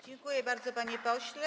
Dziękuję bardzo, panie pośle.